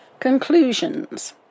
Conclusions